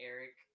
Eric